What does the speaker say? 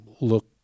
look